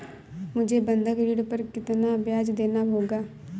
मुझे बंधक ऋण पर कितना ब्याज़ देना होगा?